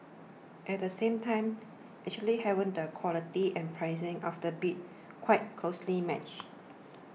at the same time actually having the quality and pricing of the bids quite closely matched